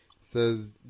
Says